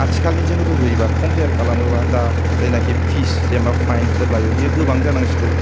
आथिखालनि जों रुजुयोबा कम्पेयार खालामोबा दा जायनाखि फिस जेनावबा फाइनफोर लायो बियो गोबां जानांसिगौ